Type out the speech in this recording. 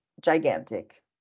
gigantic